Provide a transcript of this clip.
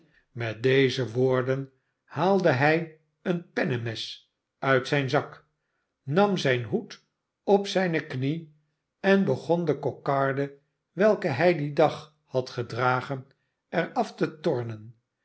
met deze woorden haalde hij een pennemes uit zijn zak nam zijn hoed op zijne knie en begon de kokarde welke hij dien dag had gedragen er af te tornen